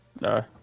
No